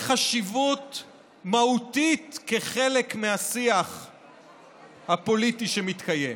חשיבות מהותית, כחלק מהשיח הפוליטי שמתקיים,